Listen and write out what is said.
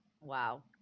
Wow